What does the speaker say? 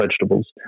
vegetables